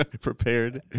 Prepared